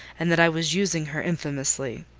and that i was using her infamously.